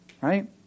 right